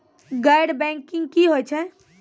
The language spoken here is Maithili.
गैर बैंकिंग की होय छै?